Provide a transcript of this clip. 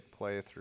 playthrough